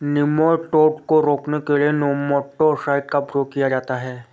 nematode को रोकने के लिए नेमाटो साइड का प्रयोग किया जाता है